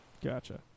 Gotcha